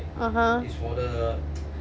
(uh huh)